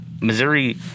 Missouri –